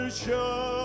show